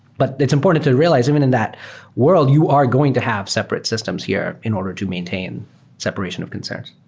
but it's important to realize even in that world, you are going to have separate systems here in order to maintain separation of concerns.